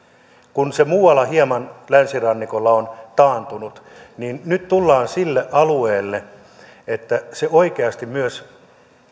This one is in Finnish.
kun se muualla länsirannikolla on hieman taantunut ja nyt tullaan sille alueelle että se oikeasti myös